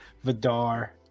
Vidar